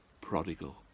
prodigal